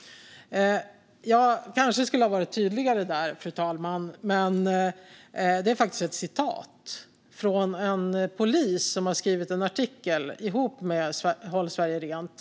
Jag kanske skulle ha varit tydligare, fru talman, men det är faktiskt ett uttalande från en polis som har skrivit en artikel ihop med Håll Sverige Rent.